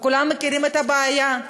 וכולם מכירים את הבעיה,